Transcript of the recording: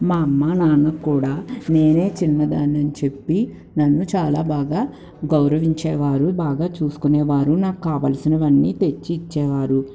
మా అమ్మ నాన్న కూడా నేనే చిన్నదానిని చెప్పి నన్ను చాలా బాగా గౌరవించేవారు బాగా చూసుకునేవారు నాకు కావల్సినవన్నీ తెచ్చి ఇచ్చేవారు